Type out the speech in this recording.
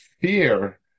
fear